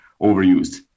overused